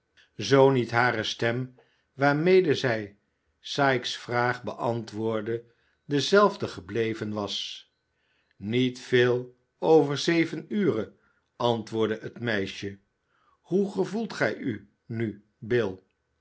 zoo niet hare stem waarmede zij sikes vraag beantwoordde dezelfde gebleven was niet veel over zeven ure antwoordde het meisje hoe gevoelt gij u nu bill